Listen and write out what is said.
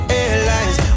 airlines